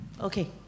Okay